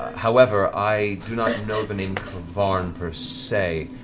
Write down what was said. however, i do not know the name k'varn per se.